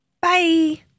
Bye